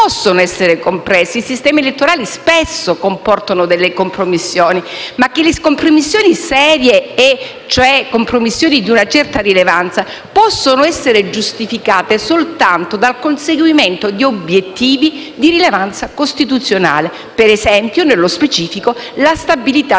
possono essere compressi. I sistemi elettorali spesso comportano delle compromissioni, ma compromissioni serie, di una certa rilevanza possono essere giustificate soltanto dal conseguimento di obiettivi di rilevanza costituzionale come ad esempio, nello specifico, la stabilità